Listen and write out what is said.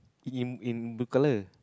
in in blue colour